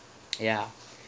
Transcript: ya